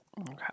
Okay